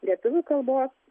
lietuvių kalbos